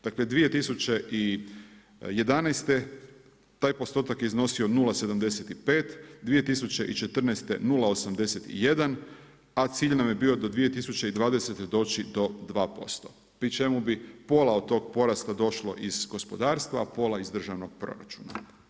Dakle, 2011. taj postotak je iznosio 0,75, 2014. 0,81 a cilj nam je bio do 2020. doći do 2%, pri čemu bi pola od tog porasta došlo iz gospodarstva a pola iz državnog proračuna.